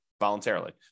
voluntarily